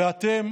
ואתם